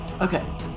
Okay